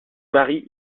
mari